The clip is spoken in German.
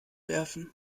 werfen